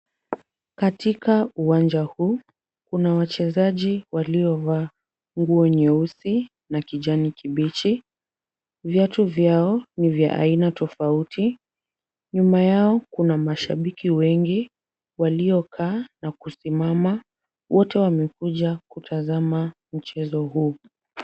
Katika uwanja huu kuna wachezaji waliovaa nguo nyeusi na kijani kibichi. Viatu vyao ni vya aina tofauti. Nyuma yao kuna mashabiki wengi waliokaa na kusimama. Wote wamekuja kutazama mchezo huu.